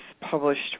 published